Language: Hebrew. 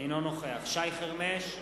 אינו נוכח שי חרמש,